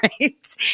right